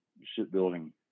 shipbuilding